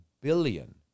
billion